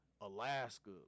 Alaska